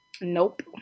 Nope